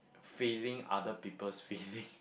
feeling other people's feeling